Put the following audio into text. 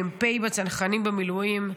מ"פ בצנחנים במילואים.